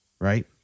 right